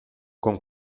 con